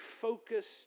focused